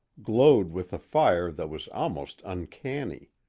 glowed with a fire that was almost uncanny.